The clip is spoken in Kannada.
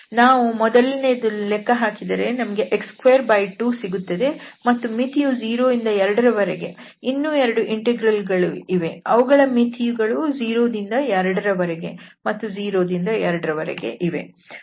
ನಾವು ಮೊದಲನೆಯದನ್ನು ಲೆಕ್ಕ ಹಾಕಿದರೆ ನಮಗೆ x22 ಸಿಗುತ್ತದೆ ಮತ್ತು ಮಿತಿ ಯು 0 ದಿಂದ 2 ರ ವರೆಗೆ ಇನ್ನೂ ಎರಡು ಇಂಟೆಗ್ರಲ್ ಗಳು ಇಲ್ಲಿವೆ ಅವುಗಳ ಮಿತಿಗಳೂ 0 ದಿಂದ 2 ರ ವರೆಗೆ ಮತ್ತು 0 ದಿಂದ 2 ರ ವರೆಗೆ ಇವೆ